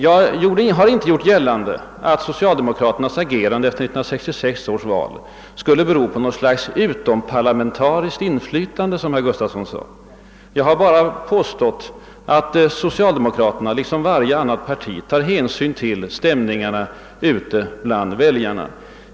Jag har inte gjort gällande att socialdemokraternas agerande efter 1966 års val skulle ha påverkats av något slags utomparlamentariskt inflytande, såsom herr Gustafsson i Uddevalla sade. Jag har bara påstått att socialdemokraterna liksom varje annat parti tar hänsyn till stämningarna ute bland väljarna.